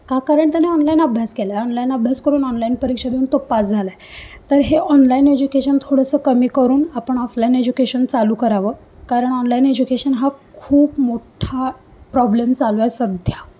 का कारण त्याने ऑनलाईन अभ्यास केलाय ऑनलाईन अभ्यास करून ऑनलाईन परीक्षा देऊन तो पास झाला आहे तर हे ऑनलाईन एज्युकेशन थोडंसं कमी करून आपण ऑफलाईन एज्युकेशन चालू करावं कारण ऑनलाईन एज्युकेशन हा खूप मोठा प्रॉब्लेम चालू आहे सध्या